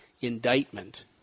indictment